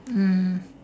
mm